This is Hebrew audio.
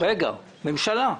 מטעם הממשלה?